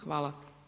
Hvala.